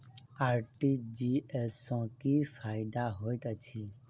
RTGS सँ की फायदा होइत अछि?